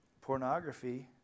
pornography